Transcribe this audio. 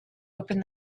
open